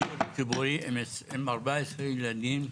ילדים,